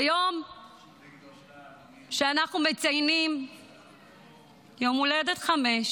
ביום שאנחנו מציינים יום הולדת חמש